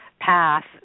path